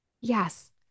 Yes